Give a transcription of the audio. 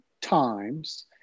times